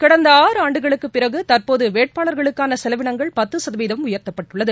கடந்த ஆறு ஆண்டுகளுக்குப் பிறகு தற்போது வேட்பாளருக்கான செலவினங்கள் பத்து சதவீதம் உயர்த்தப்பட்டுள்ளது